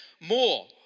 more